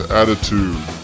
attitude